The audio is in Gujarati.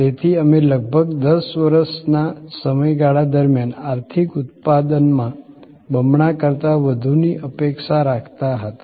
તેથી અમે લગભગ 10 વર્ષના સમય ગાળા દરમિયાન આર્થિક ઉત્પાદનમાં બમણા કરતાં વધુની અપેક્ષા રાખતા હતા